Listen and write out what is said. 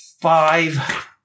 five